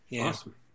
Awesome